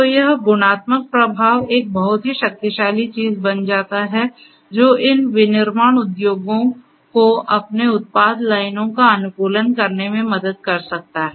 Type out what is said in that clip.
तो यह गुणात्मक प्रभाव एक बहुत ही शक्तिशाली चीज बन जाता है जो इन विनिर्माण उद्योगों को अपने उत्पाद लाइनों का अनुकूलन करने में मदद कर सकता है